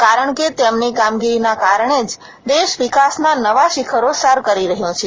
કારણે કે તેમની કામગીરીના કારણે જ દેશ વિકાસના નવા શિખરો સર કરી રહ્યો છે